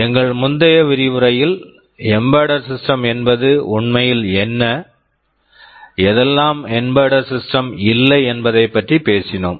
எங்கள் முந்தைய விரிவுரையில் எம்பெட்டட் ஸிஸ்டெம் Embedded Systems என்பது உண்மையில் என்ன எதெல்லாம் எம்பெட்டட் ஸிஸ்டெம் Embedded Systems இல்லை என்பதைப் பற்றி பேசினோம்